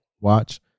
watch